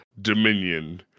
Dominion